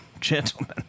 gentlemen